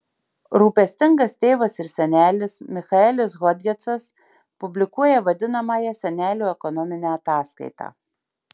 rūpestingas tėvas ir senelis michaelis hodgesas publikuoja vadinamąją senelio ekonominę ataskaitą